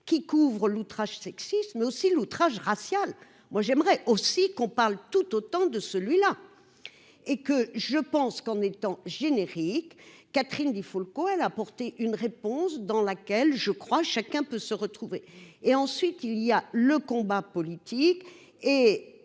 qui couvre l'outrage sexiste mais aussi l'outrage raciale, moi j'aimerais aussi qu'on parle tout autant de celui-là et que je pense qu'on est en générique Catherine Di Folco elle apporter une réponse dans laquelle je crois, chacun peut se retrouver et ensuite il y a le combat politique et